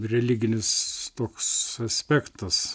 religinis toks aspektas